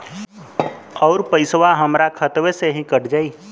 अउर पइसवा हमरा खतवे से ही कट जाई?